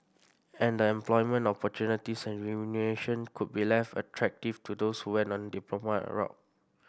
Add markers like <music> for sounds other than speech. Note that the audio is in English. and the employment opportunities and remuneration could be less attractive to those who went on a diploma <unintelligible> route